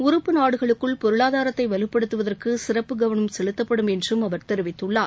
உறுப்பு நாடுகளுக்குள் பொருளாதாரத்தை வலுப்படுத்துவதற்கு சிறப்பு கவனம் செலுத்தப்படும் என்றும் அவர் தெரிவித்துள்ளார்